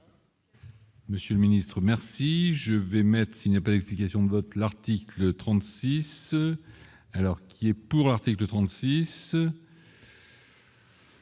Monsieur le Ministre, merci, je vais mettre, il n'y a pas d'explication de vote l'article 36 ce alors qu'il est pour, article 36.